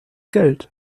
geld